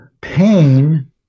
Pain